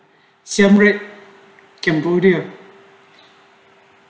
cambodia